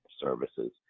services